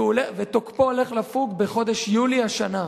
ותוקפו עומד לפוג בחודש יולי השנה.